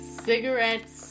Cigarettes